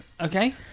Okay